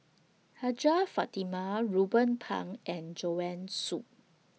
Hajjah Fatimah Ruben Pang and Joanne Soo